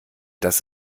das